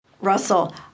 Russell